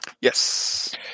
Yes